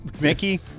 Mickey